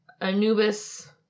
Anubis